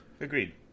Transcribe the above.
Agreed